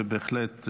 ובהחלט,